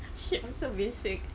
shit so basic